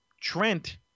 Trent